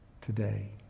today